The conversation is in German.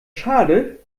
schade